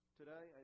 today